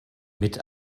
mit